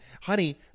Honey